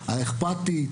האכפתית,